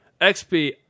XP